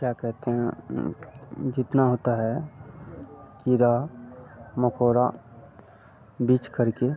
क्या कहते है जितना होता है कीड़ा मकोड़ा बिच करके